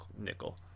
nickel